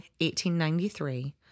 1893